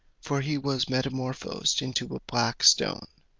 for he was metamorphosed into a black stone,